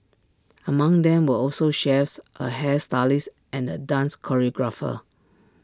among them were also chefs A hairstylist and A dance choreographer